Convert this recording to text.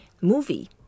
movie